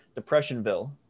Depressionville